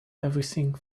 everything